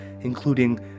including